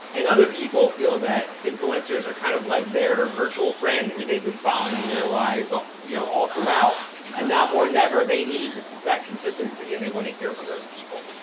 and other people feel that influencers are kind of like their virtual friend who they'd been following their lives all you know all throughout and now more never, they need that consistency and they wanna hear from those people.